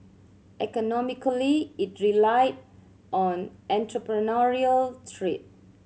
economically it relied on entrepreneurial trade